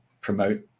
promote